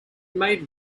made